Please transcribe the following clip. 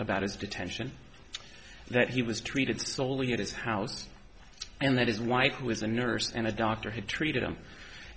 about his detention that he was treated soley at his house and that is white who is a nurse and a doctor who treated him